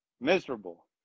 miserable